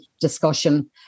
discussion